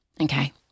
Okay